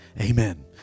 Amen